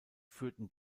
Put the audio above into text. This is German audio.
führten